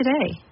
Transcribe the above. today